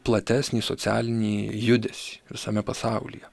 platesnį socialinį judesį visame pasaulyje